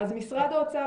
אז משרד האוצר,